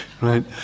right